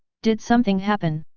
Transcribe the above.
did something happen?